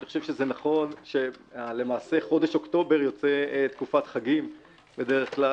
אני חושב שנכון - למעשה חודש אוקטובר יוצא תקופת חגים בדרך כלל,